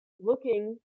looking